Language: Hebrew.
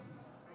חברות וחברי כנסת